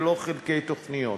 ולא חלקי תוכניות.